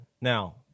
Now